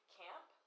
camp